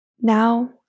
Now